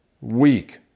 weak